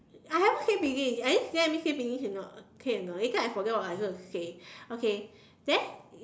I haven't say finish can let me say finish or not okay or not later I forget what I want to say okay then